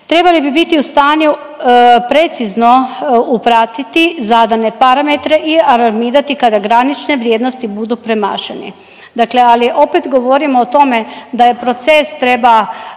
trebali bi biti u stanju precizno upratiti zadane parametre i alarmirati kada granične vrijednosti budu premašene. Dakle, ali opet govorimo o tome da proces treba